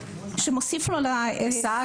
לקבל.